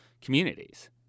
communities